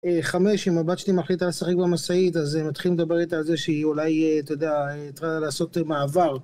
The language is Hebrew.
חמש, אם הבת שלי מחליטה לשחק במשאית, אז מתחילים לדבר איתה על זה שהיא אולי, אתה יודע, צריכה לעשות מעבר.